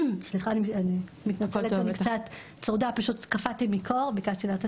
סליחה אני מתנצלת שאני קצת צרודה פשוט קפאתי מקור -- הבריאות של